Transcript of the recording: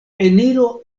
eniro